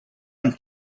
one